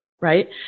right